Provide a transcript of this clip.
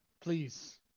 please